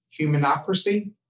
Humanocracy